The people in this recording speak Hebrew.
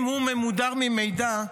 אם הוא ממודר ממידע,